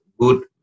good